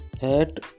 hat